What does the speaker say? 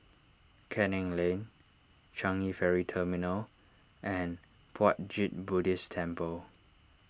Canning Lane Changi Ferry Terminal and Puat Jit Buddhist Temple